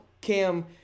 Cam